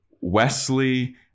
Wesley